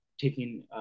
taking